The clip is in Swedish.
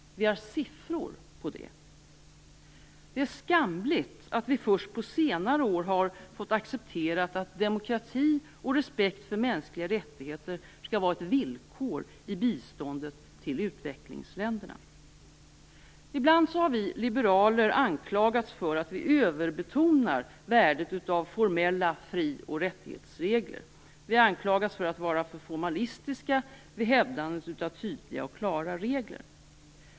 Vi har siffror på det. Det är skamligt att vi först på senare år har fått acceptera att demokrati och respekt för mänskliga rättigheter skall vara ett villkor i biståndet till utvecklingsländerna. Ibland har vi liberaler anklagats för att vi överbetonar värdet av formella fri och rättighetsregler. Vi anklagas för att vara formalistiska vid hävdandet av tydliga och klara regler.